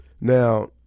Now